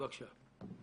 בבקשה.